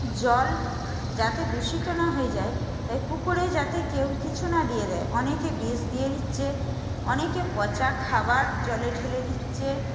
জল যাতে দূষিত না হয়ে যায় তাই পুকুরে যাতে কেউ কিছু না দিয়ে দেয় অনেকে বিষ দিয়ে দিচ্ছে অনেকে পচা খাবার জলে ঢেলে দিচ্ছে